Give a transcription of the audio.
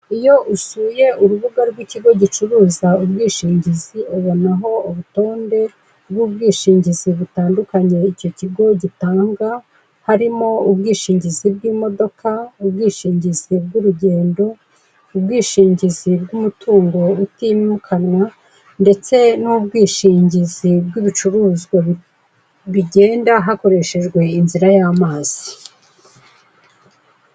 Iyo usuye urubuga ikigo gicuruza ubwishingizi, ubonaho urutonde bw'ubwishingizi butandukanye icyo kigo gitanga, harimo: ubwishingizi bw'imodoka, ubwishingizi bw'urugendo, ubwishingizi bw'umutungo utimukanwa , ndetse n'ubwishingizi bw'ibicuruzwa bigenda hakoreshejwe inzira y'amazi